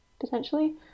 potentially